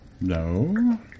No